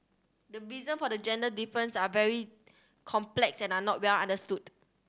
the reasons for the gender difference are very complex and are not well understood